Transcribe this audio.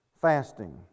fasting